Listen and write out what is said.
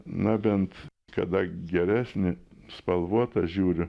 na bent kada geresni spalvotas žiūriu